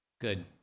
Good